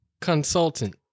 consultant